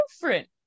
different